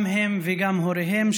גם הם וגם הוריהם,